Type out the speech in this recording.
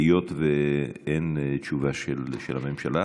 היות שאין תשובה של הממשלה.